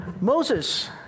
Moses